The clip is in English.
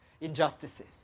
injustices